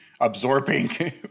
absorbing